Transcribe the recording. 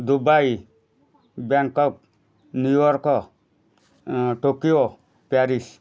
Dubai Bangkok New York Tokyo Paris